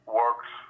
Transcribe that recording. works